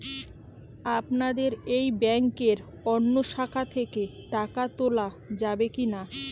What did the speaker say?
আপনাদের এই ব্যাংকের অন্য শাখা থেকে টাকা তোলা যাবে কি না?